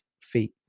feet